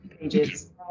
Pages